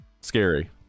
scary